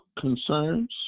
concerns